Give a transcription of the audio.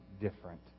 different